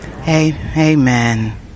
Amen